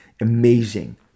amazing